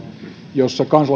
jossa